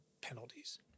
penalties